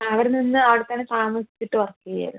ആ അവിടെ നിന്ന് അവിടത്തന്നെ താമസിച്ചിട്ട് വർക്ക് ചെയ്യുകയായിരുന്നു